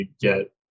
get